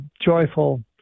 joyful